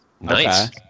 Nice